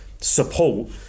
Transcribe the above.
support